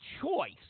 choice